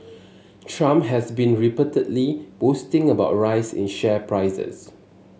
trump has been repeatedly boasting about rise in share prices